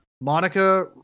Monica